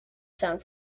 sound